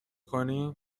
کنی